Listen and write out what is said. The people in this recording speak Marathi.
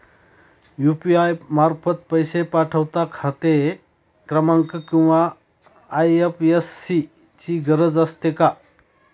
यु.पी.आय मार्फत पैसे पाठवता खाते क्रमांक किंवा आय.एफ.एस.सी ची गरज असते का?